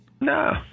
No